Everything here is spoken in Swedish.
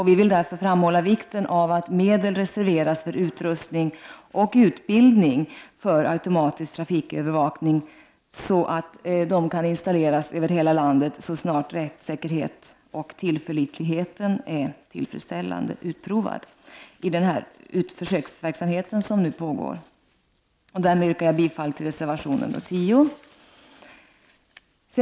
Vi vill därför framhålla vikten av att medel reserveras för utrustning och utbildning för automatisk trafikövervakning, så att sådan kan installeras över hela landet så snart rättssäkerheten och tillförlitligheten är tillfredsställande utprovad i den försöksverksamhet som nu pågår. Därmed yrkar jag bifall till reservation nr 10.